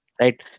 right